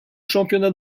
championnats